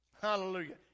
Hallelujah